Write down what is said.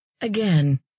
Again